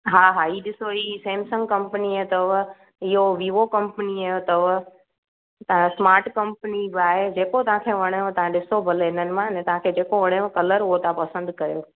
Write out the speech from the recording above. हा हा ही ॾिसो हीअ सैमसंग कंपनी जो अथव इहो विवो कंपनी जो अथव हीअ तव्हांजो स्माट कंपनी जो आहे जेको तव्हांखे वणेव तव्हां ॾिसो भले हिननि मां तव्हां जेको वणेव कलर हुओ तव्हां पसंद कयो